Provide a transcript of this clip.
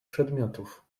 przedmiotów